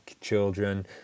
children